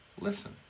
listen